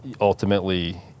ultimately